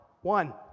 one